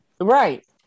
right